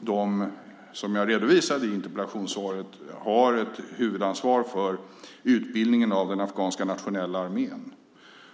de, som jag har redovisat i interpellationssvaret, har ett huvudansvar för utbildningen av den nationella afghanska armén.